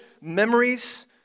memories